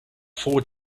four